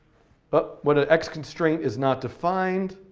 but when an x constraint is not defined,